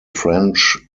french